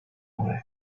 away